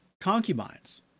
concubines